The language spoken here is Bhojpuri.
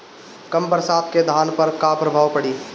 कम बरसात के धान पर का प्रभाव पड़ी?